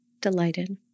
delighted